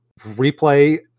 replay